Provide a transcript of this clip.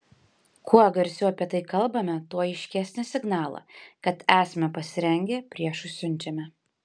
kuo garsiau apie tai kalbame tuo aiškesnį signalą kad esame pasirengę priešui siunčiame